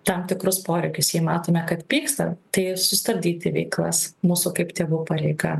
tam tikrus poreikius jei matome kad pyksta tai sustabdyti veiklas mūsų kaip tėvų pareiga